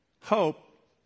Hope